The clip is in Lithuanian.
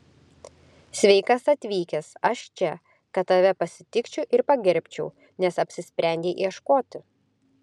sveikas atvykęs aš čia kad tave pasitikčiau ir pagerbčiau nes apsisprendei ieškoti